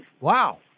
Wow